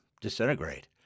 disintegrate